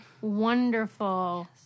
wonderful